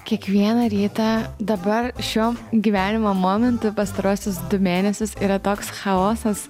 kiekvieną rytą dabar šio gyvenimo momentu pastaruosius du mėnesius yra toks chaosas